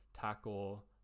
tackle